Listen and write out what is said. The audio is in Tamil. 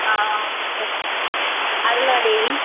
ஆ ஆமாம் டாக்டர் அருணா தேவி